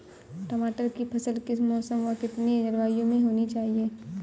टमाटर की फसल किस मौसम व कितनी जलवायु में होनी चाहिए?